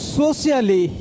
socially